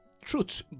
truth